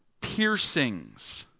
piercings